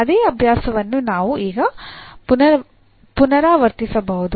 ಅದೇ ಅಭ್ಯಾಸವನ್ನು ನಾವು ಈಗ ಪುನರಾವರ್ತಿಸಬಹುದು